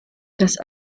das